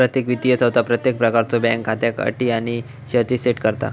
प्रत्येक वित्तीय संस्था प्रत्येक प्रकारच्यो बँक खात्याक अटी आणि शर्ती सेट करता